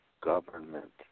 government